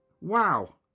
wow